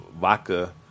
vodka